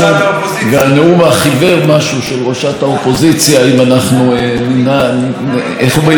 אם אנחנו ננסה לצמצם את הפערים במשהו,